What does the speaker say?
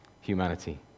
humanity